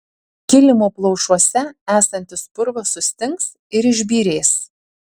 kilimo plaušuose esantis purvas sustings ir išbyrės